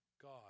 God